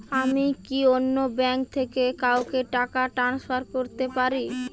আমি কি অন্য ব্যাঙ্ক থেকে কাউকে টাকা ট্রান্সফার করতে পারি?